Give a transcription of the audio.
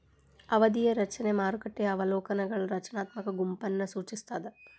ಅವಧಿಯ ರಚನೆ ಮಾರುಕಟ್ಟೆಯ ಅವಲೋಕನಗಳ ರಚನಾತ್ಮಕ ಗುಂಪನ್ನ ಸೂಚಿಸ್ತಾದ